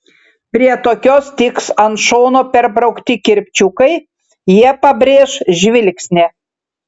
prie tokios tiks ant šono perbraukti kirpčiukai jie pabrėš žvilgsnį